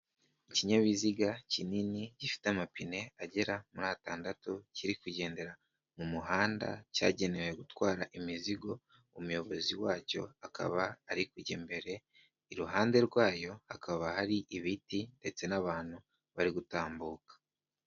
Ikinyabiziga kinini gifite amapine agera muri atandatu kiri kugendera mu muhanda cyagenewe gutwara imizigo, umuyobozi wacyo akaba ari kujya imbere, iruhande rwayo hakaba hari ibiti ndetse n'abantu bari gutambuka.